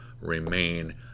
remain